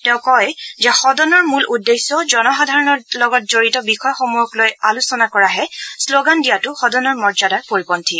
তেওঁ কয় যে সদনৰ মূল উদ্দেশ্য জনসাধাৰণৰ লগত জড়িত বিষয়সমূহক লৈ আলোচনা কৰাহে শ্লোগান দিয়াটো সদনৰ মৰ্য্যাদাৰ পৰিপন্থী